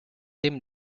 tim